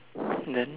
and then